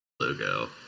logo